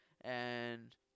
and-